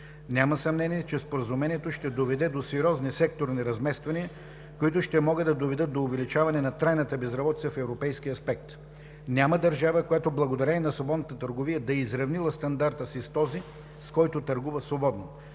Няма съмнение, че Споразумението ще доведе до сериозни секторни размествания, които ще могат да доведат до увеличаване на трайната безработица в европейски аспект. Няма държава, която, благодарение на свободната търговия, да е изравнила стандарта си с този, с който търгува свободно.